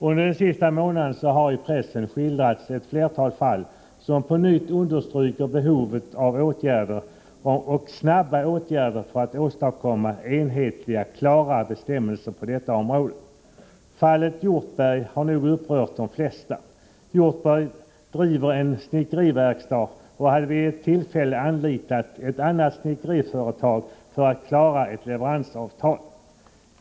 Under den senaste månaden har i pressen skildrats ett flertal fall som på nytt understryker behovet av åtgärder, och snabba åtgärder, för att åstadkomma enhetliga och klara bestämmelser på detta område. Fallet Hjortberg har nog upprört de flesta. Hjortberg driver en snickeriverkstad och hade vid ett tillfälle anlitat ett annat snickeriföretag för att klara ett leveransavtal.